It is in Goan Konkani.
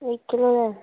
एक किलो जाय